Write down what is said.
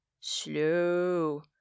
slow